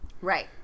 right